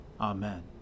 Amen